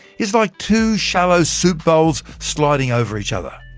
it's like two shallow soup bowls sliding over each other.